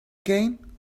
again